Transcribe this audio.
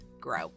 grow